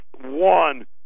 one